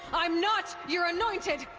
i'm not. your annointed!